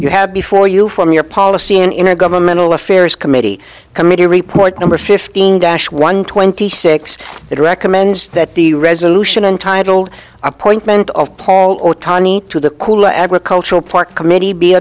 you have before you from your policy an intergovernmental affairs committee committee report number fifteen dash one twenty six it recommends that the resolution entitled appointment of paul otani to the agricultural part committee be